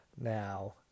now